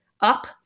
up